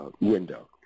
window